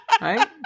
Right